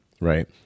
right